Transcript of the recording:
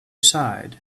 side